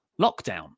lockdown